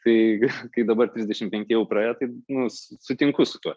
kai kai dabar trisdešimt penki jau praėjo taip nu sutinku su tuo